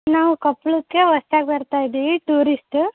ನಾವು ಕೊಪ್ಪಳಕ್ಕೆ ಹೊಸ್ದಾಗಿ ಬರ್ತಾಯಿದ್ದೀವಿ ಟೂರಿಸ್ಟ್